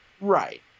Right